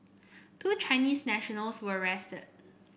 two Chinese nationals were arrested